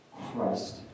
Christ